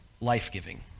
life-giving